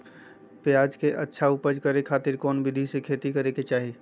प्याज के अच्छा उपज करे खातिर कौन विधि से खेती करे के चाही?